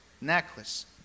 necklace